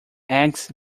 eggs